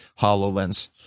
hololens